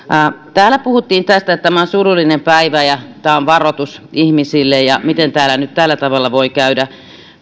täällä puhuttiin tästä että tämä on surullinen päivä ja tämä on varoitus ihmisille ja miten täällä nyt tällä tavalla voi käydä